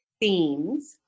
themes